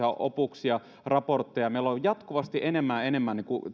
opuksia raportteja meillä on jatkuvasti enemmän ja enemmän